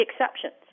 exceptions